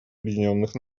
объединенных